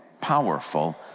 powerful